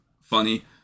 funny